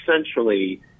essentially